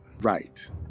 Right